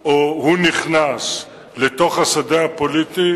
או שהוא נכנס לתוך השדה הפוליטי,